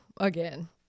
again